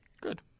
Good